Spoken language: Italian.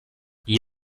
gli